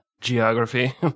geography